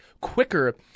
quicker